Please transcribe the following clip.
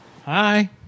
Hi